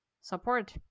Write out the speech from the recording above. support